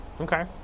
Okay